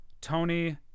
Tony